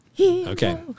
Okay